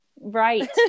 Right